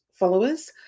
followers